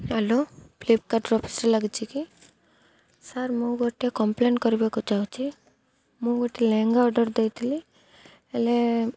hello Flipkart ଅଫିସରେ ଲାଗିଛି କି ସାର୍ ମୁଁ ଗୋଟେ କମ୍ପ୍ଲେନ୍ କରିବାକୁ ଚାହୁଁଛି ମୁଁ ଗୋଟେ ଲେହେଙ୍ଗା ଅର୍ଡର୍ ଦେଇଥିଲି ହେଲେ